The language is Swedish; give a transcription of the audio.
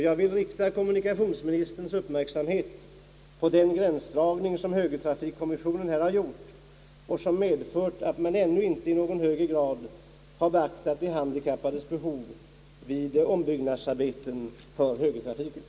Jag vill rikta kommunikationsministerns uppmärksamhet på den gränsdragning som högertrafikkommissionen här har gjort och som medfört att man ännu inte i någon grad beaktat de handikappades behov vid ombyggnadsarbetena för högertrafiken.